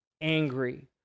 angry